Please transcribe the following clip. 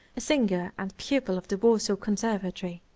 a singer and pupil of the warsaw conservatory.